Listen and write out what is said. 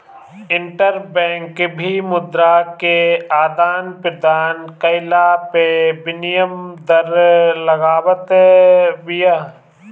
interbank भी मुद्रा के आदान प्रदान कईला पअ विनिमय दर लगावत बिया